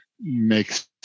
makes